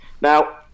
Now